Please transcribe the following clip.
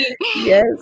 yes